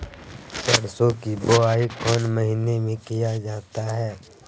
सरसो की बोआई कौन महीने में किया जाता है?